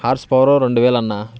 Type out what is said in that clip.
horse power రెండు వేలు అన్నా